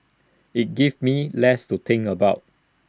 IT gives me less to think about